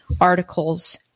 articles